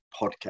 podcast